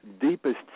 deepest